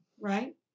right